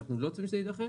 ואנחנו לא רוצים שזה יידחה